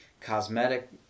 cosmetic